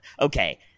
Okay